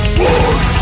one